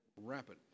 Rapid